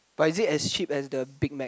but is it as cheap as the Big Mac